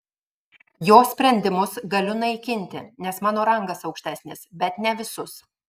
jo sprendimus galiu naikinti nes mano rangas aukštesnis bet ne visus